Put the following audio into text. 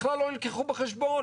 בכלל לא נלקחו בחשבון,